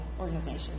organization